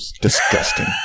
disgusting